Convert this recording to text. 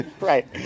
right